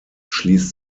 schließt